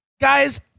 Guys